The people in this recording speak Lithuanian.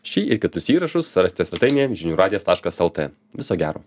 šį ir kitus įrašus rasite svetainėje žinių radijas taškas lt viso gero